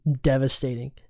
devastating